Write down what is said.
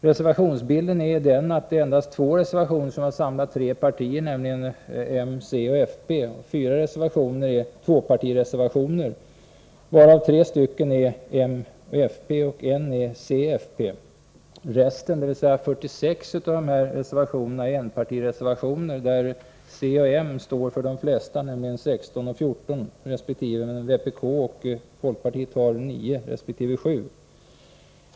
Reservationsbilden är annars den att endast två reservationer samlat tre partier, m-c-fp. Fyra är tvåpartireservationer, varav tre är m-fp och en c-fp. Resten, dvs. 46, är enpartireservationer där c och m står för de flesta, nämligen 16 resp. 14, medan vpk och fp har nio resp. sju.